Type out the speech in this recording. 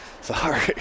Sorry